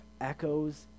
echoes